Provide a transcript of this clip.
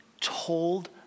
told